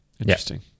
interesting